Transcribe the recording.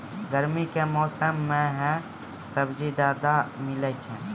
गर्मी के मौसम मं है सब्जी ज्यादातर मिलै छै